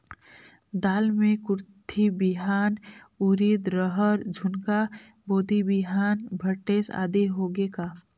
दाल मे कुरथी बिहान, उरीद, रहर, झुनगा, बोदी बिहान भटेस आदि होगे का?